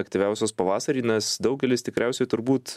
aktyviausios pavasarį nes daugelis tikriausiai turbūt